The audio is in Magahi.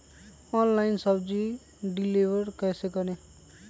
ऑनलाइन सब्जी डिलीवर कैसे करें?